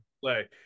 play